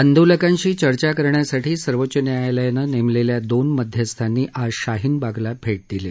आंदोलकांशी चर्चा करण्यासाठी सर्वोच्च न्यायालयानं नेमलेल्या दोन मध्यस्थ्यांनी आज शाहीन बागला भेट दिली